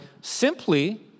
simply